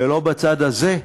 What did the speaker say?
ולא בצד הזה,